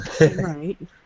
Right